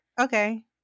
Okay